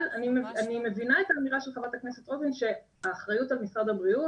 אבל אני מבינה את האמירה של חברת הכנסת שהאחריות על משרד הבריאות,